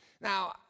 Now